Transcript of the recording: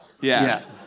Yes